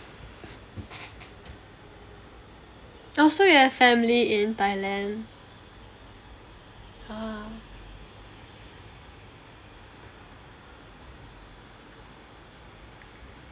oh so you have family in thailand ah